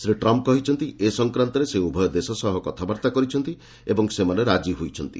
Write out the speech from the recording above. Shri Trump କହିଛନ୍ତି ଏ ସଂକ୍ରାନ୍ତରେ ସେ ଉଭୟ ଦେଶ ସହ କଥାବାର୍ତ୍ତା କରିଛନ୍ତି ଓ ସେମାନେ ରାଜିହୋଇଛନ୍ତି